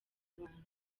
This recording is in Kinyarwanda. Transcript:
abantu